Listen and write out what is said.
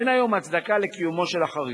אין היום הצדקה לקיומו של החריג.